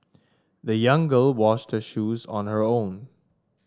the young girl washed shoes on her own